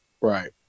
Right